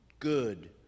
Good